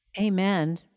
Amen